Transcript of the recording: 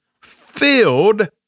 filled